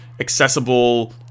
Accessible